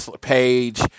Page